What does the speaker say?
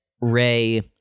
Ray